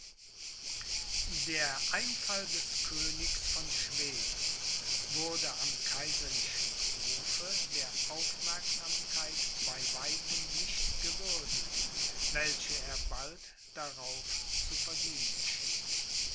der einfall des königs von schweden wurde am kaiserlichen hofe der aufmerksamkeit bei weitem nicht gewürdigt welche er bald darauf zu verdienen schien